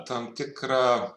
tam tikrą